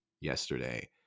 yesterday